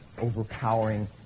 overpowering